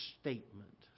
statement